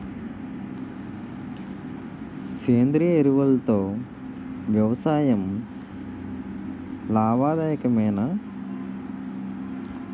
సేంద్రీయ ఎరువులతో వ్యవసాయం లాభదాయకమేనా?